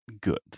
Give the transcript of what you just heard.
Good